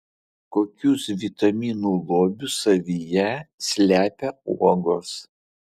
kokius vitaminų lobius savyje slepia uogos